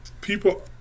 People